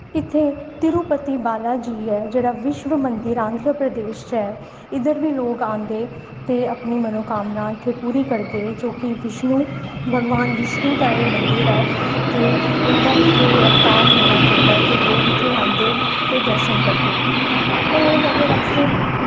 इत्थै तिरुपति बालाजी दा मंदिर ऐ जेह्ड़ा विश्वमंदिर आंध्र प्रदेश च ऐ इद्धर बी लोग आंदे ते अपनी मनोकामना इत्थै पूरी करदे लोकें गी विष्णु भगवान विष्णु दा एह् मंदिर ऐ ते उंदा इत्थै अवतार मन्ना जंदा ते लोग इत्थै आंदे ते दर्शन करदे होर अगर अस